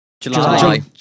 july